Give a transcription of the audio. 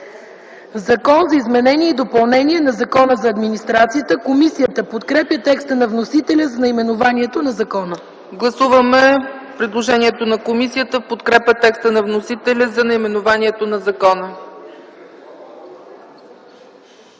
„Закон за изменение и допълнение на Закона за администрацията.” Комисията подкрепя текста на вносителя за наименованието на закона. ПРЕДСЕДАТЕЛ ЦЕЦКА ЦАЧЕВА: Гласуваме предложението на комисията в подкрепа текста на вносителя за наименованието на закона.